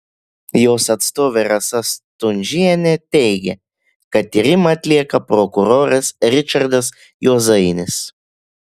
jos atstovė rasa stundžienė teigė kad tyrimą atlieka prokuroras ričardas juozainis